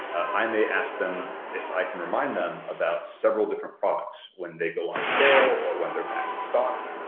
i may ask them if i can remind them about several different products when they go on sale or when they're back in stock.